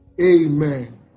amen